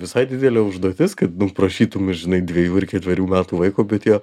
visai didelė užduotis kad nu prašytum iš žinai dviejų ir ketverių metų vaiko bet jie